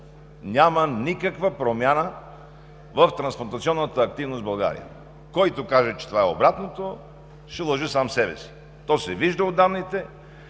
няма никаква промяна в трансплантационната активност в България, и който каже, че е обратно, ще лъже сам себе си. Това се вижда от данните,